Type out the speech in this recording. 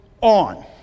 on